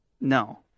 no